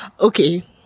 Okay